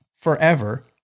forever